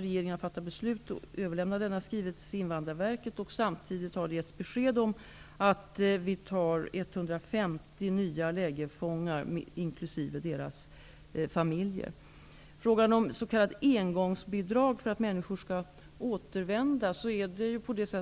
Regeringen har fattat beslut och överlämnat en skrivelse till Invandrarverket. Samtidigt har vi meddelat att Sverige kan ta emot 150 nya lägerfångar inkl. deras familjer. Det